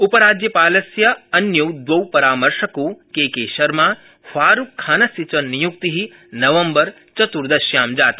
उपराज्यपालस्य अन्यौ दवौ परामर्शकौ केकेशर्माफारूक खानस्य च नियुक्ति नवम्बरचत्र्दश्यां जाता